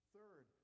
Third